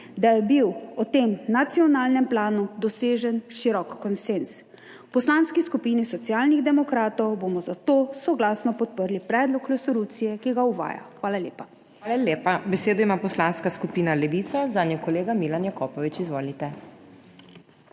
da je bil o tem nacionalnem planu dosežen širok konsenz. V Poslanski skupini Socialnih demokratov bomo zato soglasno podprli predlog resolucije, ki ga uvaja. Hvala lepa. **PODPREDSEDNICA MAG. MEIRA HOT:** Hvala lepa. Besedo ima Poslanska skupina Levica, zanjo kolega Milan Jakopovič. Izvolite.